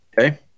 Okay